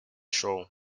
show